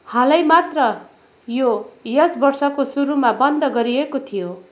हालै मात्र यो यस वर्षको सुरुमा बन्द गरिएको थियो